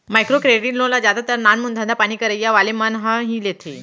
micro credit loan ल जादातर नानमून धंधापानी करइया वाले मन ह ही लेथे